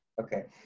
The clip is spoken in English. Okay